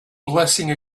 blessing